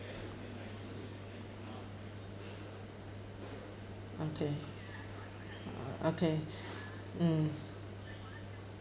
okay okay mm